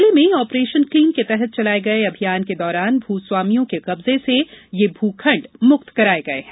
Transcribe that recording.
जिले में operation clean के तहत चलाये गये अभियान के दौरान भू स्वामियों के कब्जे से यह भू खण्ड मुक्त कराये गये हैं